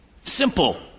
Simple